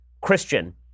Christian